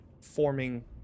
forming